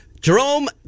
Jerome